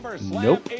Nope